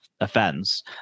offense